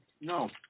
No